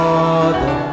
Father